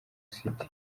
city